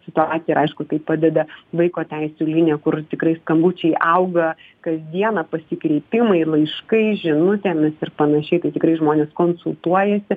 situaciją ir aišku tai padeda vaiko teisių linija kur tikrai skambučiai auga kasdieną pasikeitimai laiškais žinutėmis ir panašiai tai tikrai žmonės konsultuojasi